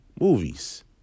Movies